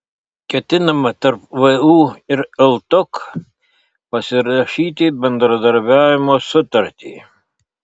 ketinama tarp vu ir ltok pasirašyti bendradarbiavimo sutartį